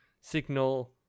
signal